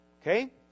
Okay